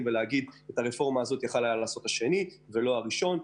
ולהגיד "את הרפורמה הזאת יכול היה לעשות השני ולא הראשון".